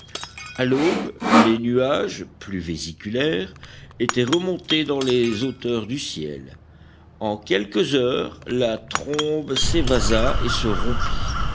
à l'aube les nuages plus vésiculaires étaient remontés dans les hauteurs du ciel en quelques heures la trombe s'évasa et se rompit